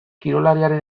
kirolariaren